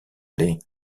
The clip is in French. aller